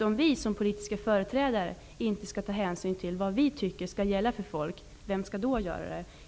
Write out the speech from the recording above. Om vi, politiska företrädare, inte tar hänsyn till det som vi tycker är viktigt och som vi tycker skall gälla för folk, vem skall då göra det?